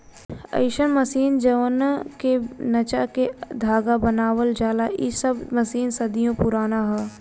अईसन मशीन जवना के नचा के धागा बनावल जाला इ सब मशीन सदियों पुराना ह